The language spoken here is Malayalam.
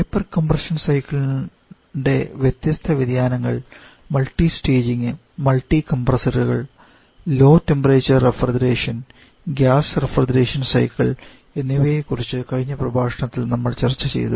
വേപ്പർ കംപ്രഷൻ സൈക്കിളിന്റെ വ്യത്യസ്ത വ്യതിയാനങ്ങൾ മൾട്ടി സ്റ്റേജിംഗ് മൾട്ടിപ്പിൾ കംപ്രസ്സറുകൾ low temperature refrigeration gas refrigeration സൈക്കിളുകൾ എന്നിവയെ കുറിച്ച് കഴിഞ്ഞ പ്രഭാഷണത്തിൽ നമ്മൾ ചർച്ച ചെയ്തു